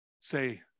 say